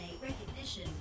recognition